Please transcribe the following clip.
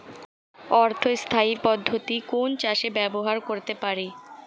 অর্ধ স্থায়ী পদ্ধতি কোন চাষে ব্যবহার করতে পারি?